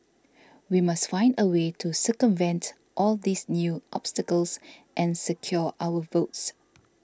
we must find a way to circumvent all these new obstacles and secure our votes